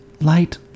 light